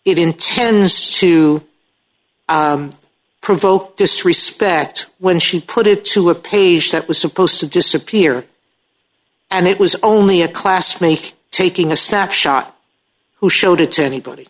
it intends to provoke disrespect when she put it to a page that was supposed to disappear and it was only a classmate taking a snapshot who showed it to anybody